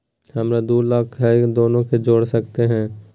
हमरा दू खाता हय, दोनो के जोड़ सकते है?